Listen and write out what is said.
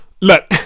Look